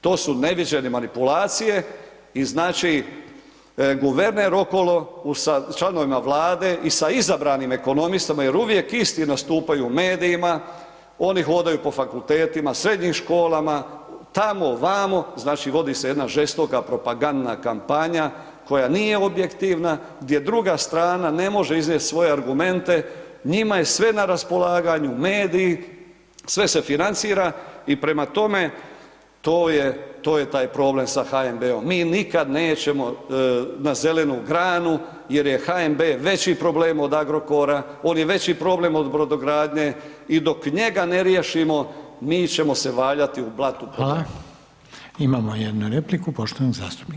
To su neviđene manipulacije i znači guverner okolo sa članovima Vlade i sa izabranima ekonomistima jer uvijek isti nastupaju u medijima, oni hodaju po fakultetima, srednjim školama, tamo, vamo, znači vodi se jedna žestoka propagandna kampanja koja nije objektivna, gdje druga strana ne može iznijet svoje argumente, njima je sve na raspolaganju, mediji, sve se financira i prema tome, to je taj problem sa HNB-om, mi nikad nećemo na zelenu granu jer je HNB veći problem od Agrokora, on je veći problem od brodogradnje i dok njega ne riješimo, mi ćemo se valjati u blatu problema.